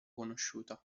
conosciuta